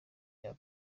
bya